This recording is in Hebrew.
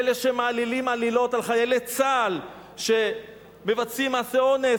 את אלה שמעלילים עלילות על חיילי צה"ל שהם מבצעים מעשי אונס?